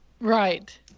Right